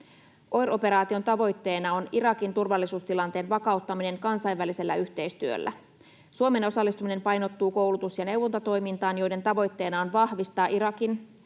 OIR-operaation tavoitteena on Irakin turvallisuustilanteen vakauttaminen kansainvälisellä yhteistyöllä. Suomen osallistuminen painottuu koulutus- ja neuvontatoimintaan, joiden tavoitteena on vahvistaa Irakin